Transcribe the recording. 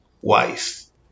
wise